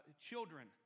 children